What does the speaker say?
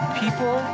people